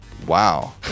Wow